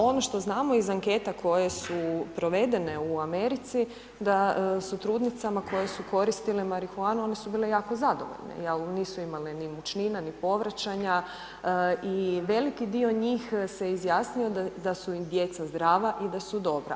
Ono što znamo iz anketa koje su provedene u Americi, da su trudnicama koje su koristile marihuanu, one su bile jako zadovoljne jel nisu imale ni mučnina, ni povraćanja i veliki dio njih se izjasno da su im djeca zdrava i da su dobra.